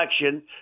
election